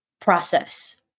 process